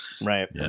Right